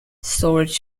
storage